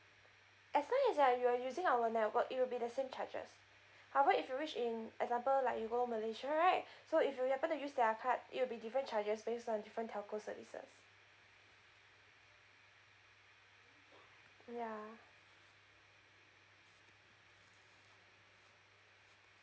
as long as you~ you're using our network it will be the same charges however if you wish in example like you go malaysia right so if you happen to use their card it will be different charges based on different telco services ya